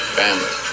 family